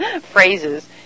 phrases